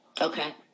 Okay